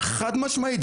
חד משמעית,